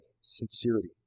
sincerity